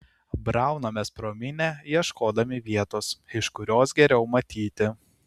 braunamės pro minią ieškodami vietos iš kurios geriau matyti